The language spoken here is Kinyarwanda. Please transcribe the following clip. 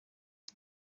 izi